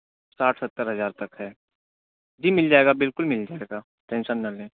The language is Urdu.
ساٹھ ستّر ہزار تک ہے جی مل جائے گا بالکل مل جائے گا ٹینشن نہ لیں